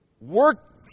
work